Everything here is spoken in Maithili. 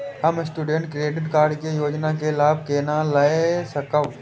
हम स्टूडेंट क्रेडिट कार्ड के योजना के लाभ केना लय सकब?